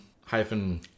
Hyphen